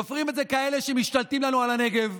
תופרים את זה כאלה שמשתלטים לנו על הנגב,